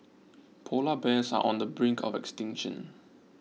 Polar Bears are on the brink of extinction